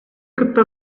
кытта